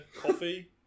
coffee